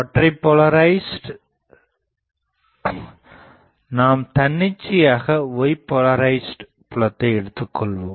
ஒற்றை போலரைஸ்ட் நாம் தன்னிச்சையாக y போலரைஸ்ட் புலத்தை எடுத்துகொள்வோம்